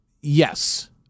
Yes